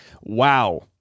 Wow